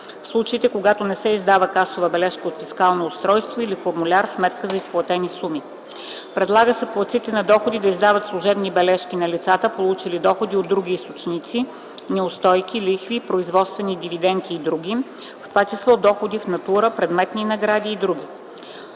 случаите, когато не се издава касова бележка от фискално устройство или формуляр „Сметка за изплатени суми”; - предлага се платците на дохода да издават служебна бележка на лицата, получили доходи от други източници (неустойки, лихви, производствени дивиденти и др.), в т. ч. доходи в натура - предметни награди и други;